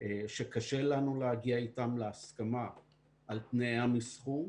שקשה לנו להגיע איתן להסכמה על תנאי המסחור.